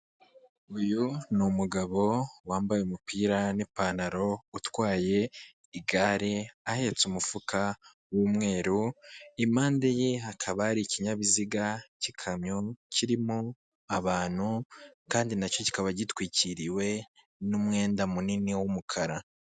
Uyu ni umugabo wambaye umupira n'ipantaro, utwaye igare ahetse umufuka w'umweru, impande ye hakaba ari ikinyabiziga k'ikamyo, kirimo abantu kandi nacyo kikaba gitwikiriwe n'umwenda munini w'umukara.